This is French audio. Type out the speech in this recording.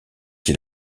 qui